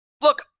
look